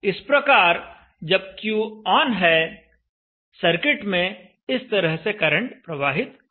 इस प्रकार जब Q ऑन है सर्किट में इस तरह से करंट प्रवाहित होगा